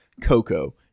Coco